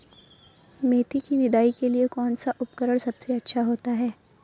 मेथी की निदाई के लिए कौन सा उपकरण सबसे अच्छा होता है?